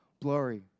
blurry